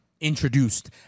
introduced